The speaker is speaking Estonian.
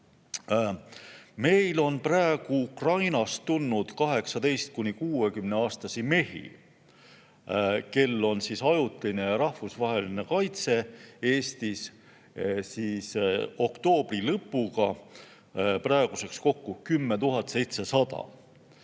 Meil on praegu Ukrainast tulnud 18–60‑aastasi mehi, kel on ajutine ja rahvusvaheline kaitse, Eestis oktoobri lõpu seisuga praeguseks kokku 10 700.